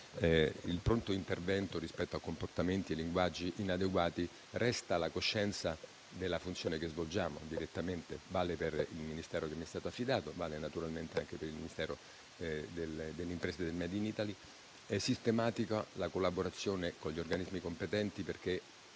il pronto intervento rispetto a comportamenti e linguaggi inadeguati, resta la coscienza della funzione che svolgiamo direttamente. Ciò vale per il Ministero che mi è stato affidato e vale naturalmente anche per il Ministero delle imprese e del Made in Italy. È sistematica la collaborazione con gli organismi competenti, perché